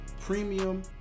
premium